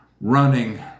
running